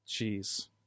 Jeez